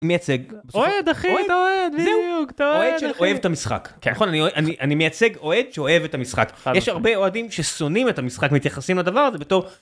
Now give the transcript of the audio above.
מייצג אוהב את המשחק אני אני מייצג אוהד את המשחק יש הרבה אוהדים ששונאים את המשחק מתייחסים לדבר הזה בתור.